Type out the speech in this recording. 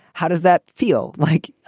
how does that feel like?